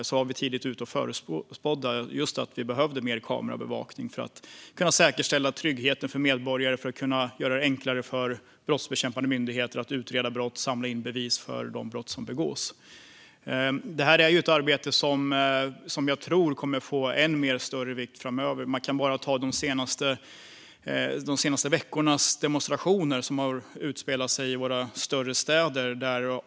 Vi var tidigt ute och förutspådde just att vi behövde mer kameraövervakning för att kunna säkerställa tryggheten för medborgare och för att kunna göra det enklare för brottsbekämpande myndigheter att utreda brott och samla in bevis avseende de brott som begås. Det här är ett arbete som jag tror kommer att få än större vikt framöver. Man kan bara ta de senaste veckornas demonstrationer, som har utspelat sig i våra större städer.